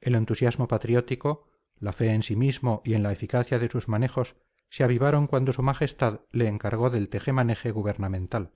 el entusiasmo patriótico la fe en sí mismo y en la eficacia de sus manejos se avivaron cuando su majestad le encargó del teje maneje gubernamental